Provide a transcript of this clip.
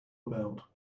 about